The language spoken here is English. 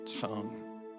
tongue